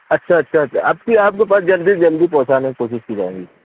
اچھا اچھا اچھا اب کے آپ کے پاس جلدی سے جلدی پہونچانے کی کوشش کی جائے گی